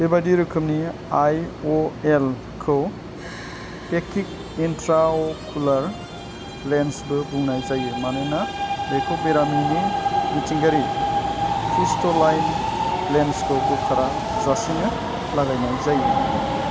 बेबायदि रोखोमनि I O L खौ फेकिक इन्ट्राअकुलार लेन्सबो बुंनाय जायो मानोना बेखौ बेरामिनि मिथिंगायारि क्रिस्ट'लाइन लेन्सखौ बोखारा जासेनो लागायनाय जायो